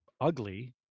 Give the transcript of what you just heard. ugly